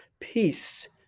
peace